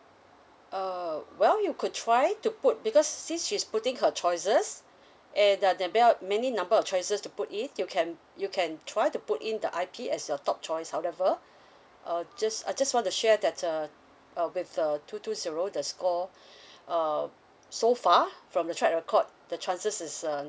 oh well you could try to put because since she's putting her choices and there're about many number of choices to put in you can you can try to put in the I_P as a top choice however uh just I just want to share that uh uh with uh two two zero the score um so far from the track record the chances is uh